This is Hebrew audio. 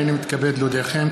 הנני מתכבד להודיעכם,